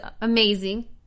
amazing